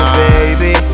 baby